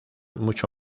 mucho